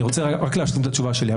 אני רוצה רק להשלים את התשובה שלי.